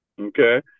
Okay